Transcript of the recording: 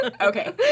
Okay